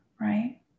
right